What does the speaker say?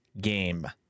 game